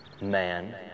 man